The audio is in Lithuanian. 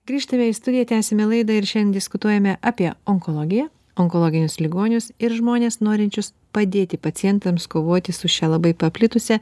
grįžtame į studiją tęsiame laidą ir šiandien diskutuojame apie onkologiją onkologinius ligonius ir žmones norinčius padėti pacientams kovoti su šia labai paplitusia